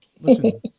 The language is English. listen